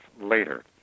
later